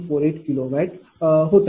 48 kWहोता